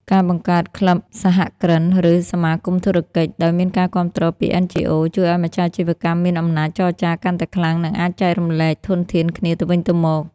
ការបង្កើត "ក្លឹបសហគ្រិន" ឬ "សមាគមធុរកិច្ច" ដោយមានការគាំទ្រពី NGOs ជួយឱ្យម្ចាស់អាជីវកម្មមានអំណាចចរចាកាន់តែខ្លាំង និងអាចចែករំលែកធនធានគ្នាទៅវិញទៅមក